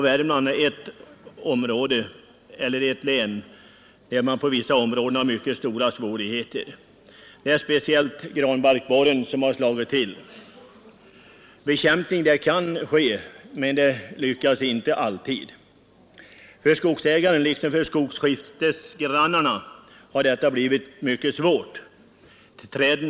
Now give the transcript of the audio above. Värmland är ett län där man på vissa områden har fått mycket stora svårigheter. Det är speciellt granbarkborren som har slagit till. Bekämpning kan företas, men den lyckas inte alltid. För vederbörande skogsägare liksom för hans skogsskiftesgrannar har detta blivit ett stort problem.